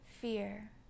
fear